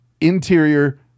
Interior